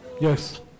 Yes